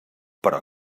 però